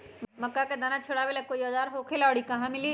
मक्का के दाना छोराबेला कोई औजार होखेला का और इ कहा मिली?